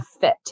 fit